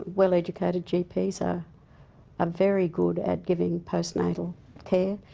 well-educated gps are um very good at giving postnatal care.